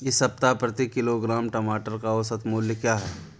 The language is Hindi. इस सप्ताह प्रति किलोग्राम टमाटर का औसत मूल्य क्या है?